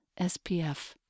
SPF